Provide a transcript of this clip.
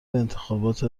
انتخابات